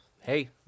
hey